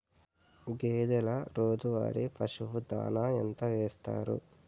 గేదెల రోజువారి పశువు దాణాఎంత వేస్తారు?